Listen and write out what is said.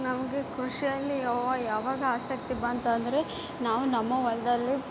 ನಮಗೆ ಕೃಷಿಯಲ್ಲಿ ಯವ್ವ ಯಾವಾಗ ಆಸಕ್ತಿ ಬಂತಂದರೆ ನಾವು ನಮ್ಮ ಹೊಲ್ದಲ್ಲಿ